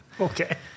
okay